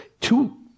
two